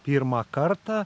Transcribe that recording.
pirmą kartą